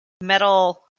metal